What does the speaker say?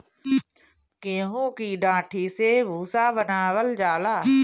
गेंहू की डाठी से भूसा बनावल जाला